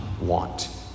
want